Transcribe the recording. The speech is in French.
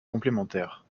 complémentaire